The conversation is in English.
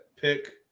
pick